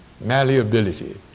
malleability